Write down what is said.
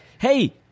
hey